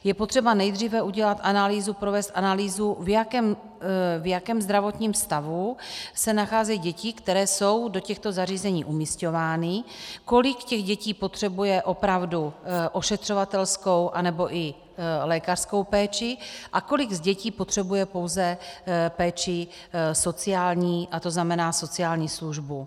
Je potřeba nejdříve provést analýzu, v jakém zdravotním stavu se nacházejí děti, které jsou do těchto zařízení umisťovány, kolik těch dětí potřebuje opravdu ošetřovatelskou anebo i lékařskou péči a kolik dětí potřebuje pouze péči sociální, tzn. sociální službu.